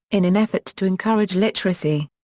in an effort to encourage literacy.